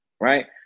Right